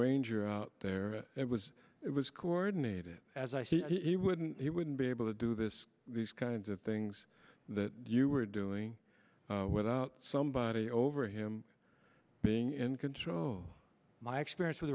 ranger out there it was it was coordinated as i he wouldn't he wouldn't be able to do this these kinds of things that you were doing without somebody over him being in control my experience with